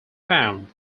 found